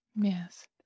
yes